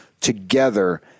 together